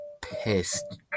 Pissed